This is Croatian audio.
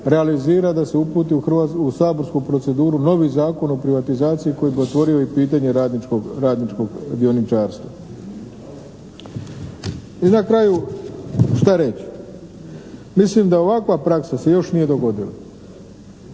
realizira, da se uputi u saborsku proceduru novi zakon o privatizaciji koji bi otvorio i pitanje radničkog dioničarstva. I na kraju, što reći? Mislim da ovakva praksa se još nije dogodila.